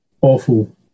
awful